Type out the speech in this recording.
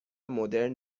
مدرن